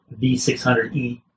V600E